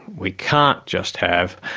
we can't just have,